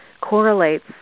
correlates